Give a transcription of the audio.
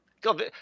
God